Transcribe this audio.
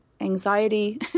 Anxiety